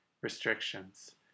restrictions